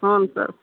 ಹ್ಞೂ ಸರ್